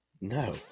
No